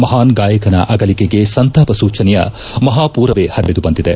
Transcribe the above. ಮಹಾನ್ ಗಾಯಕನ ಅಗಲಿಕೆಗೆ ಸಂತಾಪ ಸೂಚನೆಯ ಮಹಾಪೂರವೇ ಪರಿದು ಬಂದಿದೆ